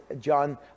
John